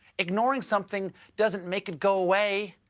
ignoring something doesn't make it go away.